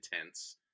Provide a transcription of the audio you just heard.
intense